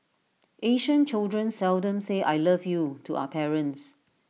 Asian children seldom say I love you to our parents